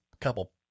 couple